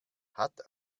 hat